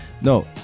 No